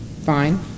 fine